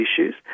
issues